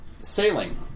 sailing